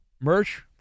merch